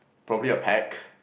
probably a peck